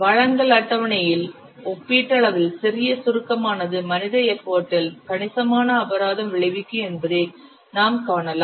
வழங்கல் அட்டவணையில் ஒப்பீட்டளவில் சிறிய சுருக்கமானது மனித எஃபர்டில் கணிசமான அபராதம் விளைவிக்கும் என்பதை நாம் காணலாம்